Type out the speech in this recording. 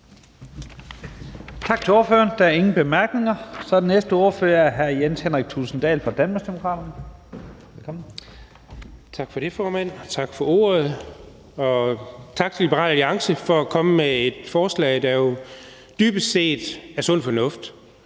Tak til ordføreren. Der er ingen korte bemærkninger. Så er den næste ordfører hr. Jens Henrik Thulesen Dahl fra Danmarksdemokraterne. Velkommen. Kl. 11:11 (Ordfører) Jens Henrik Thulesen Dahl (DD): Tak for ordet, formand. Og tak til Liberal Alliance for at komme med et forslag, der jo dybest set er sund fornuft.